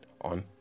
on